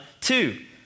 two